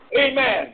amen